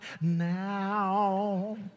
now